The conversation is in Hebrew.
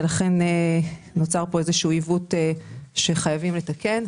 ולכן נוצר כאן איזשהו עיוות שחייבים לתקן.